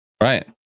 right